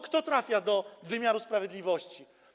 Kto trafia do wymiaru sprawiedliwości?